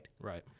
Right